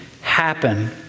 happen